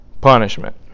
punishment